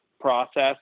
process